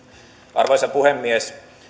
arvoisa puhemies